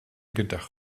gedacht